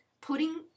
Putting